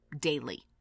daily